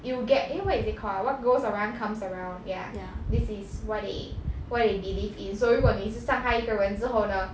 you will get eh what is it called ah what goes around comes around ya this is what they what they believe in so 如果你一直伤害一个人之后呢